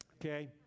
Okay